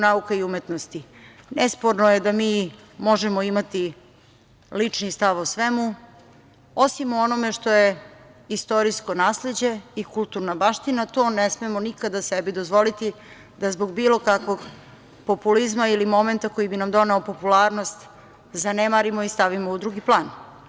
Nesporno je da mi možemo imati lični stav o svemu, osim o onome što je istorijsko nasleđe i kulturna baština, to ne smemo nikada sebi dozvoliti da zbog bilo kakvog populizma ili momenta koji bi nam doneo popularnost zanemarimo i stavimo u drugi plan.